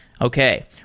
Okay